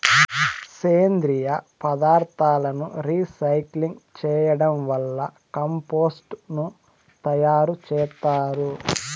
సేంద్రీయ పదార్థాలను రీసైక్లింగ్ చేయడం వల్ల కంపోస్టు ను తయారు చేత్తారు